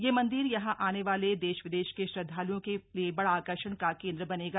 यह मंदिर यहां आने वाले देश विदेश के श्रद्धालूओं के बड़ा आकर्षण का केंद्र बनेगा